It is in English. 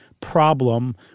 problem